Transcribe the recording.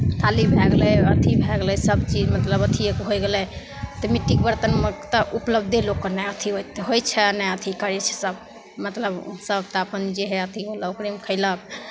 खाली भए गेलै अथी भए गेलै सभचीज मतलब अथिएके होय गेलै तऽ मिट्टीके बरतनमे तऽ उपलब्धे लोकके नहि होइ छै नहि अथी करै छै सभ मतलब सबटा अपन जएह अथी होल ओकरेमे खयलक